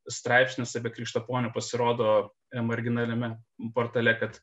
straipsnis apie krikštaponį pasirodo e marginaliame portale kad